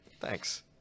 Thanks